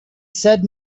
said